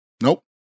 Nope